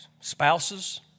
spouses